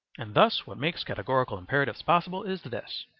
and thus what makes categorical imperatives possible is this,